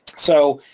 so